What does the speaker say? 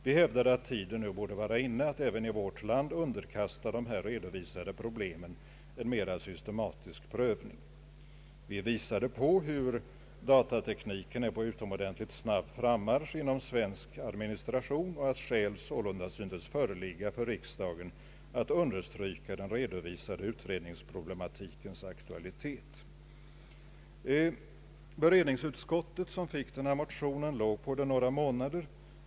Vi hävdade att tiden borde vara inne att även i vårt land underkasta de här redovisade problemen en mer systematisk prövning. Vi visade på hur datatekniken är på utomordentligt snabb frammarsch inom svensk administration och att skäl således synes föreligga för riksdagen att understryka den redovisade utredningsproblematikens akiualitet. Beredningsutskottet, som fick motionerna till behandling, låg på dem några månader.